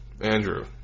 andrew